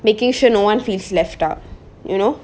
making sure no one feels left out you know